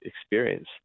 experience